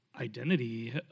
identity